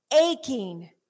aching